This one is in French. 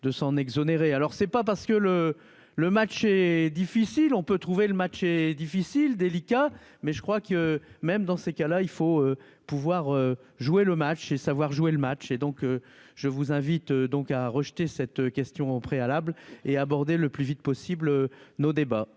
de s'en exonérer alors c'est pas parce que le le match est difficile, on peut trouver le match et difficile, délicat, mais je crois que même dans ces cas-là, il faut pouvoir jouer le match et savoir jouer le match et donc je vous invite donc à rejeter cette question préalable et aborder le plus vite possible nos débats,